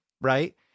right